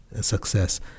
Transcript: success